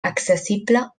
accessible